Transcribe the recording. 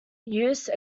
use